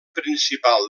principal